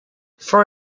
for